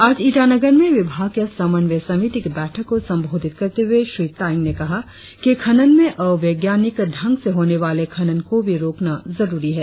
आज ईटानगर में विभाग के समनव्यय समिति की बैठक को संबोधित करते हुए श्री तायेंगे ने कहा कि खनन में अवैज्ञानिक ढंग से होने वाले खनन को भी रोकना जरुरी है